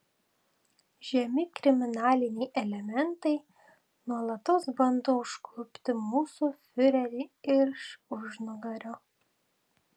žemi kriminaliniai elementai nuolatos bando užklupti mūsų fiurerį iš užnugario